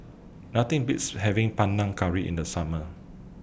Nothing Beats having Panang Curry in The Summer